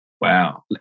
Wow